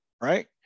right